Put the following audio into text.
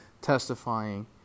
testifying